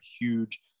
huge